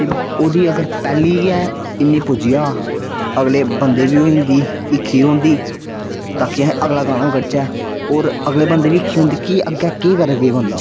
ते ओह्दी अगर पैह्ली गै एह् पुज्जी जा अगले बंदे बी होंदी हिक्खी होंदी की बाकी अस अगला गाना बी कड्ढचै ते अगले बंदे गी बी हीखी होंदी कि अग्गें केह् करग एह् बंदा